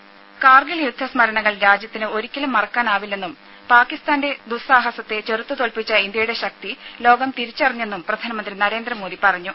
രുഭ കാർഗിൽ യുദ്ധ സ്മരണകൾ രാജ്യത്തിന് ഒരിക്കലും മറക്കാനാവില്ലെന്നും പാക്കിസ്ഥാന്റെ ദുസ്സാഹസത്തെ ചെറുത്ത് തോൽപ്പിച്ച ഇന്ത്യയുടെ ശക്തി ലോകം തിരിച്ചറിഞ്ഞെന്നും പ്രധാനമന്ത്രി നരേന്ദ്രമോദി പറഞ്ഞു